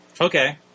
Okay